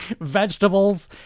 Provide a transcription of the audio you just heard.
vegetables